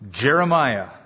Jeremiah